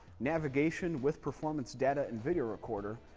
navigation with performance data and video recorder,